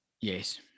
Yes